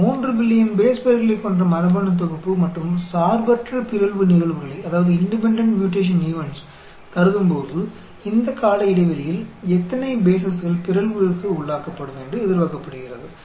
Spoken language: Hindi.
3 बिलियन बेस पेयर और स्वतंत्र म्यूटेशन घटनाओं के एक जीनोम को इस समय अवधि में कितने ठिकानों को म्यूट किए जाने की उम्मीद है